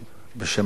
בשם הממשלה.